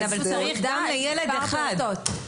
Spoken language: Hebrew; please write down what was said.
אבל צריך גם לילד אחד.